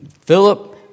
Philip